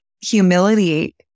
humility